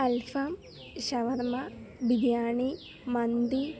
അൽഫാം shawarma biryani മന്തി